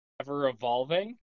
ever-evolving